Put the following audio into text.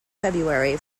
february